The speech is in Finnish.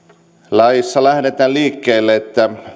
laissa lähdetään liikkeelle siitä että